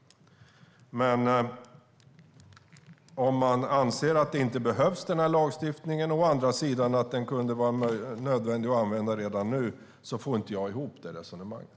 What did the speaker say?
Å ena sidan anser Roger Hedlund att lagstiftningen inte behövs; å andra sidan anser han att det kan vara nödvändigt att använda den redan nu. Jag får inte ihop resonemanget.